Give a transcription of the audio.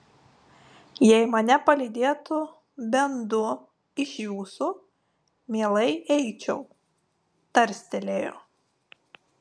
jei mane palydėtų bent du iš jūsų mielai eičiau tarstelėjo